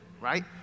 right